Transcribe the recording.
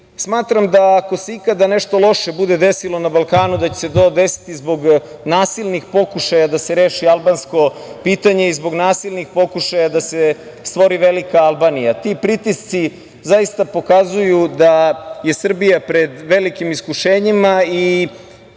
Smatram da ako se ikada nešto loše bude desilo na Balkanu, da će se to desiti zbog nasilnih pokušaja da se reši albansko pitanje i zbog nasilnih pokušaja da se stvori velika Albanija. Ti pritisci zaista pokazuju da je Srbija pred velikim iskušenjima i